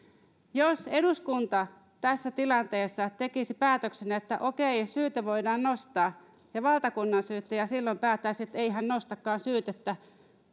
jos eduskunta tässä tilanteessa tekisi päätöksen että okei syyte voidaan nostaa ja valtakunnansyyttäjä päättäisi ettei hän nostakaan syytettä